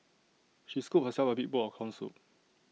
she scooped herself A big bowl of Corn Soup